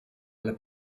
alla